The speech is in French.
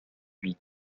huit